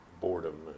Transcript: boredom